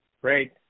Great